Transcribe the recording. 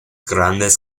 grandes